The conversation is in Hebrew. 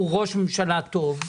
הוא ראש ממשלה טוב.